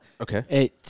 Okay